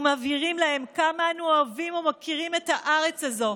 ומבהירים להם כמה אנו אוהבים ומוקירים את הארץ הזו,